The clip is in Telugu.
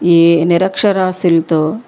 ఈ నిరక్షరాస్యులతో